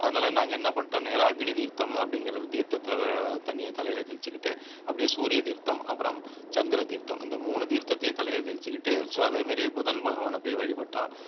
அதனால் நாங்கள் என்ன பண்ணிட்டோம் நேராக அக்னி தீர்த்தம் அப்டிங்கிற தீர்த்தத்தில் தண்ணியை தலையில் தெளிச்சுக்கிட்டு அப்படியே சூரிய தீர்த்தம் அப்புறம் சந்திர தீர்த்தம் இந்த மூணு தீர்த்தத்தையும் தலையில் தெளித்துக்கிட்டு அதே மாதிரி புதன் பகவானை போய் வழிபட்டோம்